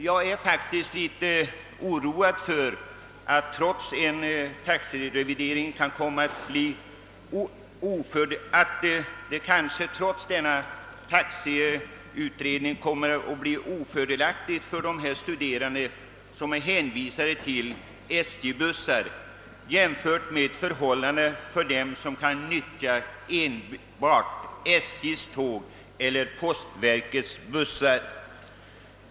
Jag är faktiskt litet oroad för att rabattsystemet, trots denna taxeutredning och taxerevidering, kan komma att bli oför delaktigt för de studerande som är hänvisade till SJ:s bussar jämfört med förhållandena för dem som kan nyttja SJ:s tåg eller postverkets bussar.